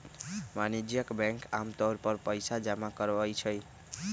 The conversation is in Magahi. वाणिज्यिक बैंक आमतौर पर पइसा जमा करवई छई